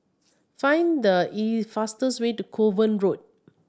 find the fastest way to Kovan Road